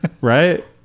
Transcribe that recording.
right